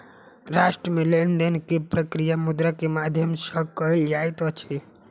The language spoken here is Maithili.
राष्ट्र मे लेन देन के प्रक्रिया मुद्रा के माध्यम सॅ कयल जाइत अछि